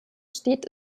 steht